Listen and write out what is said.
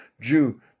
Jew